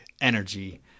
energy